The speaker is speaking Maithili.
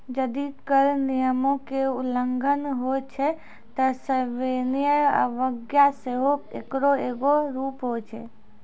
जदि कर नियमो के उल्लंघन होय छै त सविनय अवज्ञा सेहो एकरो एगो रूप होय छै